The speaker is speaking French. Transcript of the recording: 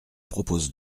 propose